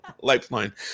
Lifeline